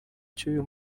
cy’uyu